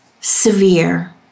severe